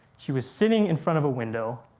she was sitting in front of a window.